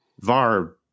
VAR